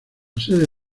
sede